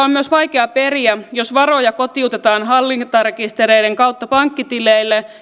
on myös vaikea periä jos varoja kotiutetaan hallintarekistereiden kautta pankkitileille